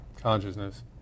consciousness